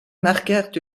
marquèrent